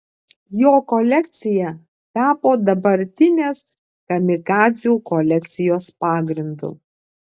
jo kolekcija tapo dabartinės kamikadzių kolekcijos pagrindu